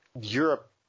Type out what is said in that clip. Europe –